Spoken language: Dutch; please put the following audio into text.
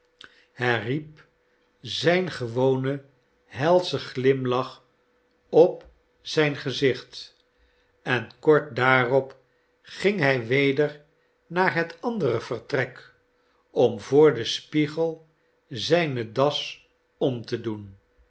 herriep zijn gewonen helschen glimlach op zijn gezicht en kort daarop ging hij weder naar het andere vertrek om voor den spiegel zijne das om te doen